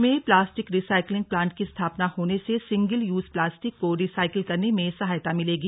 प्रदेश में plastic recycling plant की स्थापना होने से सिंगल यूज प्लास्टिक को रिसाइकिल करने में सहायता मिलेगी